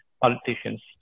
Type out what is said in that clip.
politicians